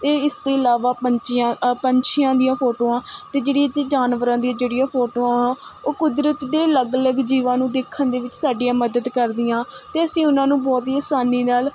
ਅਤੇ ਇਸ ਤੋਂ ਇਲਾਵਾ ਪੰਛੀਆਂ ਪੰਛੀਆਂ ਦੀਆਂ ਫੋਟੋਆਂ ਅਤੇ ਜਿਹੜੀ ਇੱਥੇ ਜਾਨਵਰਾਂ ਦੀਆਂ ਜਿਹੜੀਆਂ ਫੋਟੋਆਂ ਉਹ ਕੁਦਰਤ ਦੇ ਅਲੱਗ ਅਲੱਗ ਜੀਵਾਂ ਨੂੰ ਦੇਖਣ ਦੇ ਵਿੱਚ ਸਾਡੀਆਂ ਮਦਦ ਕਰਦੀਆਂ ਅਤੇ ਅਸੀਂ ਉਹਨਾਂ ਨੂੰ ਬਹੁਤ ਹੀ ਆਸਾਨੀ ਨਾਲ਼